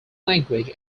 language